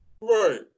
right